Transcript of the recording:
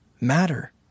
matter